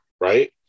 right